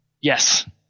Yes